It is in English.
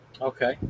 Okay